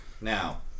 Now